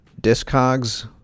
Discogs